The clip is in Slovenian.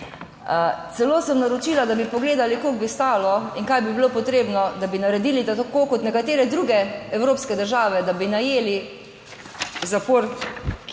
Celo sem naročila, da bi pogledali, koliko bi stalo in kaj bi bilo potrebno, da bi naredili, tako kot nekatere druge evropske države, da bi najeli zapor kje